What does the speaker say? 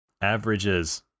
Averages